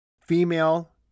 female